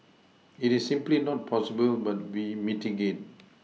it is simply not possible but be mitigate